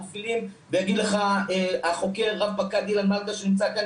אנחנו מפעילים יגיד לך החוקר רב פקד אילן מלכה שנמצא כאן,